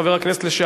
חבר הכנסת לשעבר,